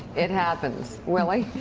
it happens. willie.